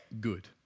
good